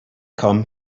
come